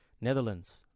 Netherlands